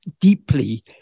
deeply